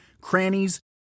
crannies